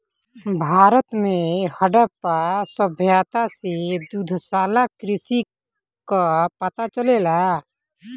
भारत में हड़प्पा सभ्यता से दुग्धशाला कृषि कअ पता चलेला